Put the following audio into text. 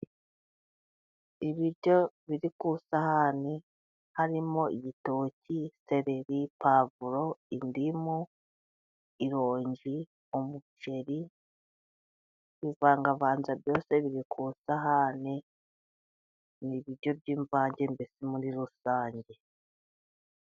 Ibiryo biri ku isahani harimo igitoki ,sereri , pavuro ,indimu ,ironji, umuceri ,bivangavanze byose biri ku isahane ni ibiryo by'imvange mbese muri rusange.